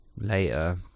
later